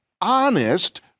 honest